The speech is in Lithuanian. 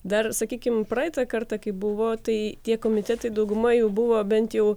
dar sakykime praeitą kartą kai buvo tai tie komitetai dauguma jau buvo bent jau